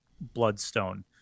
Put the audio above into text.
Bloodstone